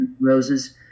Roses